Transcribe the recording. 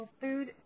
food